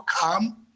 come